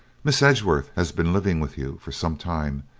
miss edgeworth has been living with you for some time,